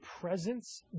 presence